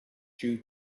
due